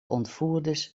ontvoerders